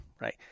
Right